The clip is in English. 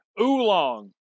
Oolong